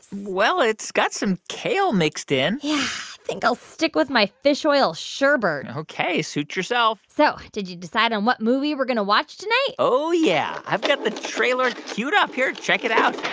well, it's got some kale mixed in yeah think i'll stick with my fish oil sherbet ok. suit yourself so did you decide on what movie we're going to watch today? oh, yeah. i've got the trailer queued up here. check it out